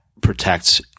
protects